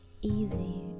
easy